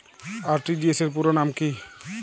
RTGS র পুরো নাম কি?